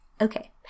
Okay